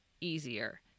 easier